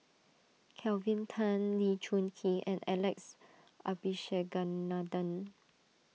Kelvin Tan Lee Choon Kee and Alex Abisheganaden